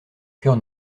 coeur